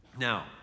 Now